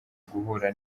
guhura